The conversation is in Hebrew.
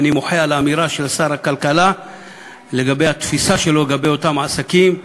ואני מוחה על האמירה של שר הכלכלה והתפיסה שלו לגבי אותם עסקים.